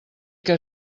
que